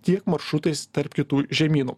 tiek maršrutais tarp kitų žemynų